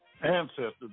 ancestors